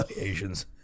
asians